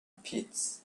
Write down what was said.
pits